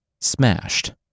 smashed